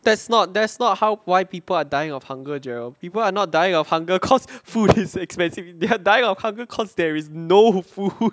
that's not that's not how why people are dying of hunger jarrell people are not dying of hunger cause food is expensive they are dying of hunger because there is no food